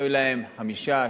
היו להן חמישה,